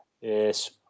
Yes